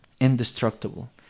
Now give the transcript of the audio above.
indestructible